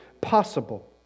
possible